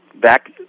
back